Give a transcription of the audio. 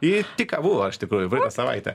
ji tik ką buvo iš tikrųjų savaitę